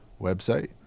website